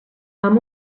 amb